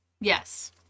Yes